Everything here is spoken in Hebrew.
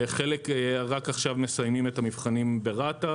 חלק רק עכשיו מסיימים את המבחנים ברת"א